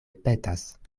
petas